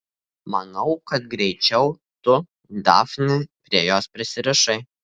manau kad greičiau tu dafne prie jos prisirišai